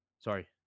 Sorry